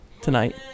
tonight